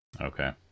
Okay